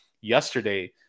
yesterday